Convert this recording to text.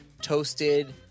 toasted